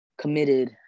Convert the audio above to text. committed